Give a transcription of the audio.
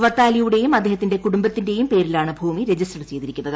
വത്താലിയുടെയും അദ്ദേഹത്തിന്റെ കുടുംബത്തിന്റെയും പേരിലാണ് ഭൂമി രജിസ്റ്റർ ചെയ്തിരിക്കുന്നത്